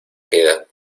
queda